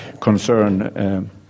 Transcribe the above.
concern